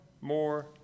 more